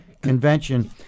Convention